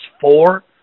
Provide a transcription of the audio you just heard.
four